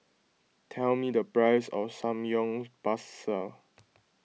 tell me the price of Samgyeopsal